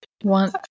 One